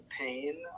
pain